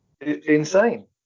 Insane